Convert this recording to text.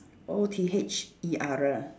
O T H E R